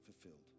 fulfilled